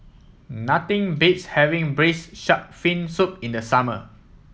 nothing beats having Braised Shark Fin Soup in the summer